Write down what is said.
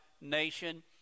nation